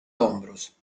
hombros